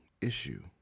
issue